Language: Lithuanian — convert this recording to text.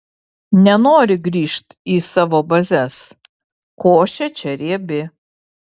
nenori grįžt į savo bazes košė čia riebi